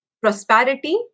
prosperity